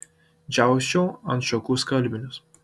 džiausčiau ant šakų skalbinius